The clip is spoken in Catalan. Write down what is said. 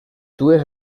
dues